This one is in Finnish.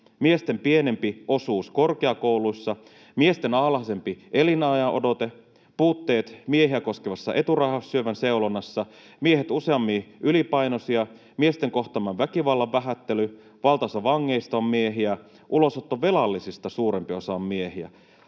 Miesten pienempi osuus korkeakouluissa. Miesten alhaisempi elinajanodote. Puutteet miehiä koskevassa eturauhassyövän seulonnassa. Miehet ovat useammin ylipainoisia. Miesten kohtaaman väkivallan vähättely. Valtaosa vangeista on miehiä. Ulosottovelallisista suurempi osa on miehiä.